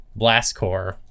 Blastcore